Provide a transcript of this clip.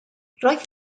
roedd